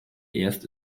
erst